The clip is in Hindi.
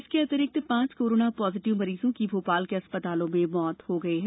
इनके अतिरिक्त पांच कोरोना पॉजीटिव मरीजों की भोपाल के अस्पतालों में मृत्यु हुई है